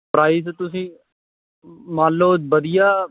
price ਤੁਸੀਂ ਮੰਨ ਲਓ ਵਧੀਆ